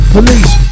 Police